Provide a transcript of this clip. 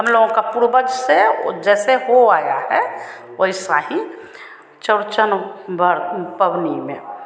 हमलोग के पूर्वज से जैसे हो आया है वैसे ही चौरचन बड़ पबनी में